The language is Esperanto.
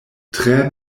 tre